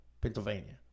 Pennsylvania